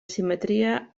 simetria